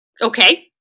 Okay